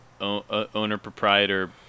owner-proprietor